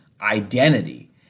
identity